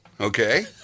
okay